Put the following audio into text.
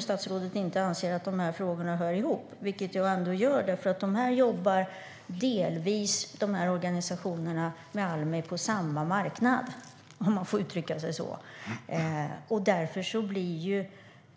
Statsrådet anser inte att dessa frågor hör ihop, vilket jag gör. Dessa organisationer jobbar delvis med Almi på samma marknad, om jag får uttrycka mig så. Därför blir